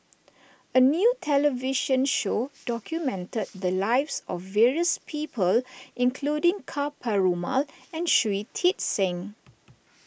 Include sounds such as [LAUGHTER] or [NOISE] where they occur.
a new television show [NOISE] documented the lives of various people including Ka Perumal and Shui Tit Sing